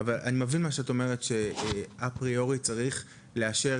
אני מבין מה את אומרת שאפריורי צריך לאשר